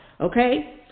Okay